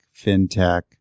fintech